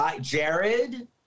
Jared